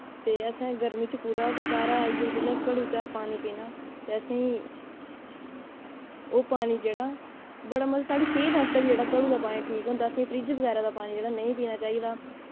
ते असें गर्मी च कुतै बी बाह्रा दा आइयै घड़ू चा पानी पीना ते असें ओह् पानी जेह्ड़ा बड़ा साढ़ी सेह्त आस्तै बी घड़ू दा पानी जेह्ड़ा पानी ठीक होंदा असें फ्रिज्ज बगैरा दा पानी जेह्ड़ा नेईं पीना चाहिदा